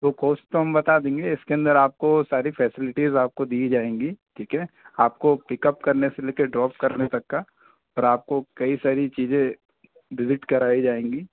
वो कोस्ट तो हम बता देंगे इसके अंदर आपको सारी फ़ैसेलिटीज़ आपको दी जाएँगी ठीक है आपको पिकअप करने से लेकर ड्रॉप करने तक का और आपको कई सारी चीज़ें डिलीट कराई जाएँगी